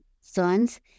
sons